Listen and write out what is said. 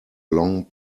long